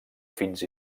fins